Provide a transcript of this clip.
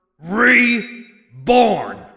Reborn